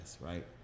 right